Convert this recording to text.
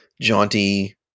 jaunty